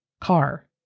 car